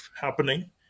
happening